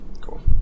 Cool